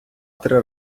три